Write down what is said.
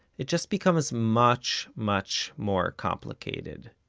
it just becomes much much more complicated,